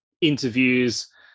interviews